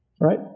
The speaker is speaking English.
right